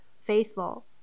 faithful